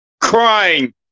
crying